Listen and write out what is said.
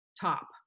top